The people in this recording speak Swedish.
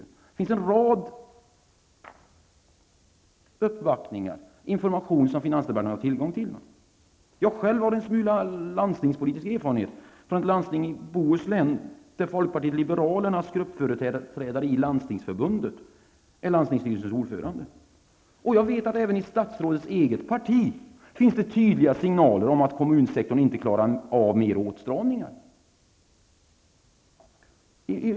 Det finns alltså en rad information om detta som finansdepartementet har tillgång till. Jag har själv en smula landstingspolitisk erfarenhet, nämligen från landstinget i Bohuslän, där folkpartiet liberalernas gruppföreträdare i Landstingsförbundet är landstingsstyrelsens ordförande. Jag vet att det även i statsrådets eget parti finns tydliga signaler om att kommunsektorn inte klarar av mer åtstramningar.